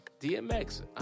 DMX